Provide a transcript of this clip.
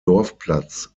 dorfplatz